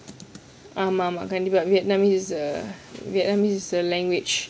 ஆமா ஆமா கண்டிப்பா:aaama aaama kandippaa vietnamese err vietnamese is a language